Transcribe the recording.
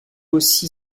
aussi